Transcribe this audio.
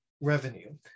revenue